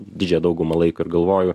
didžiąją daugumą laiko ir galvoju